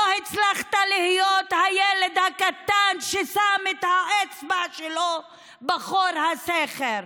לא הצלחת להיות אפילו הילד הקטן ששם את האצבע שלו בחור הסכר.